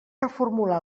reformular